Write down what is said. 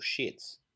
shits